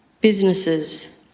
businesses